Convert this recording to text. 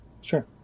Sure